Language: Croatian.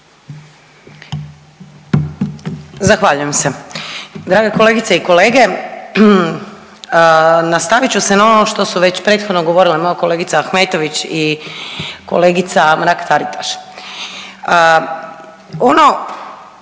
Zahvaljujem se. Drage kolegice i kolege. Nastavit ću se na ono što su već prethodno govorile moja kolegica Ahmetović i kolegica Mrak-Taritaš. Ono